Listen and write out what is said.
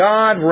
God